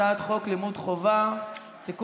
הצעת חוק לימוד חובה (תיקון,